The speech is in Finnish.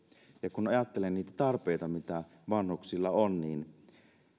kun ajattelen niitä tarpeita mitä vanhuksilla on niin